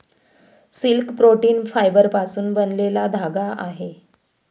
silk protein फायबरपासून बनलेला धागा आहे